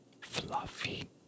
fluffy